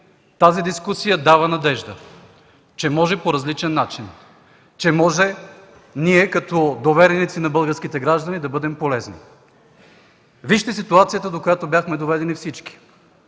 тази дискусия дава надежда, че може по различен начин ние като довереници на българските граждани да бъдем полезни. Вижте ситуацията, до която бяхме доведени всички.